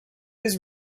his